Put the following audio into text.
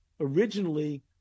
originally